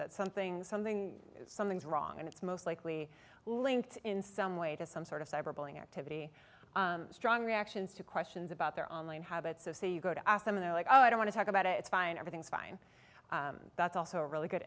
that something's something something's wrong and it's most likely linked in some way to some sort of cyber bullying activity strong reactions to questions about their online habits of say you go to ask them they're like oh i don't want to talk about it it's fine everything's fine that's also really good